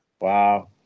Wow